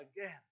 again